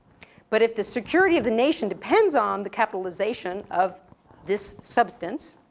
but if the security of the nation depends on the capitalization of this substance,